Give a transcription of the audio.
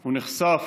הוא נחשף,